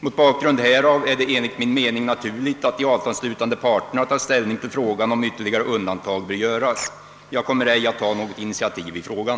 Mot bakgrund härav är det enligt min mening naturligt att de avtalsslutande parterna får ta ställning till frågan om ytterligare undantag bör göras. Jag kommer ej att ta något initiativ i frågan.